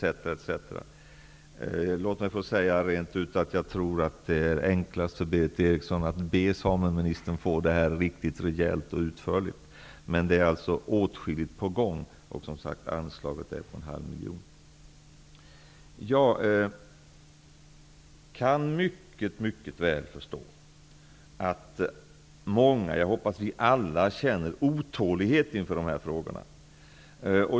Låt mig rent ut få säga, att jag tror att det är enklast för Berith Eriksson att be sameministern redogöra för detta riktigt rejält och utförligt. Men det är åtskilligt på gång, och anslaget är en halv miljon. Jag kan mycket väl förstå att många -- jag hoppas att vi alla gör det -- känner otålighet inför dessa frågor.